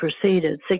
proceeded